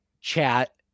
chat